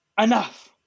Enough